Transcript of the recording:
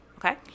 Okay